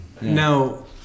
now